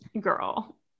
girl